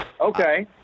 Okay